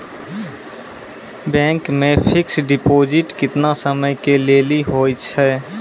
Bank मे fixed deposit केतना समय के लेली होय छै?